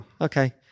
Okay